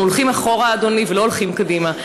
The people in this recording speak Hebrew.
אנחנו הולכים אחורה, אדוני, ולא הולכים קדימה.